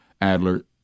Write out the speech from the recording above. Adler